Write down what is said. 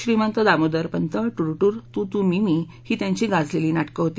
श्रीमंत दामोदरपंत टूरटूर तू तू मी मी ही त्यांची गाजलेली नाटकं होती